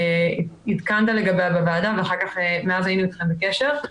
כשעדכנת לגביה בוועדה ומאז היינו איתך בקשר.